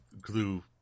glue